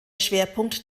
schwerpunkt